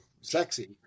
sexy